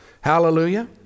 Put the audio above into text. Hallelujah